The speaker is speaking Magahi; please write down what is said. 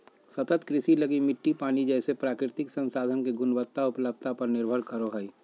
सतत कृषि लगी मिट्टी, पानी जैसे प्राकृतिक संसाधन के गुणवत्ता, उपलब्धता पर निर्भर करो हइ